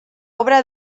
obra